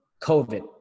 covid